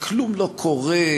וכלום לא קורה,